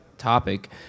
Topic